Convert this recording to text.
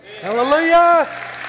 Hallelujah